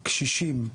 קשישים,